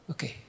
Okay